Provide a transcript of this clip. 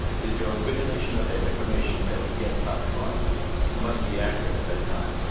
is your origination of the information that we get up front must be accurate at that time.